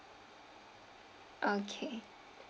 okay